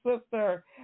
sister